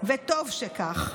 וטוב שכך.